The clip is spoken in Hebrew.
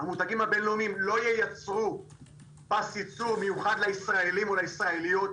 המותגים הבינלאומיים לא ייצרו פס ייצור מיוחד לישראלים ולישראליות,